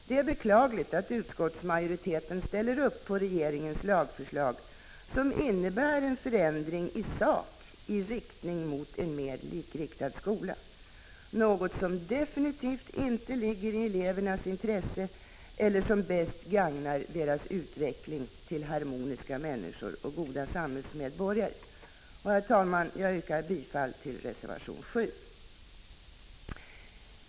Det är beklagligt att utskottsmajoriteten ställer upp på regeringens lagförslag, som innebär en förändring i sak i riktning mot en mer likriktad skola, något som definitivt inte ligger i elevernas intresse och något som inte på det bästa sättet gagnar deras utveckling till harmoniska människor och goda samhällsmedborgare. Herr talman! Jag yrkar bifall till reservation 7.